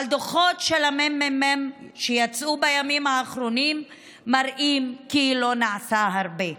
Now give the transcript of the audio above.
אבל דוחות של הממ"מ שיצאו בימים האחרונים מראים כי לא נעשה הרבה.